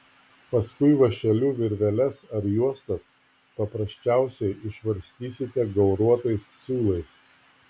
paskui vąšeliu virveles ar juostas paprasčiausiai išvarstysite gauruotais siūlais